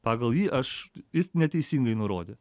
pagal jį aš jis neteisingai nurodė